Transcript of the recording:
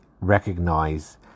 recognize